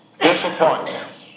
Disappointments